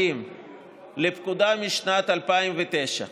170 לפקודה משנת 2009,